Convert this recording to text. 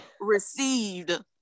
received